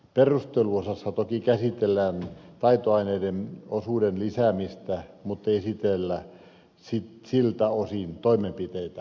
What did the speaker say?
perusteluosassa toki käsitellään taitoaineiden osuuden lisäämistä mutta ei esitellä siltä osin toimenpiteitä